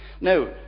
now